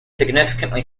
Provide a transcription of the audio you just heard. significantly